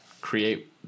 create